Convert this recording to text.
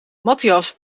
matthias